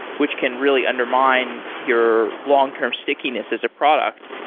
which can really undermine your long term stickiness as a product.